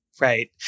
right